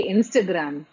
Instagram